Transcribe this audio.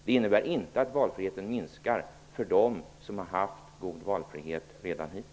Det innebär inte att valfriheten minskar för dem som redan hittills har haft valfrihet.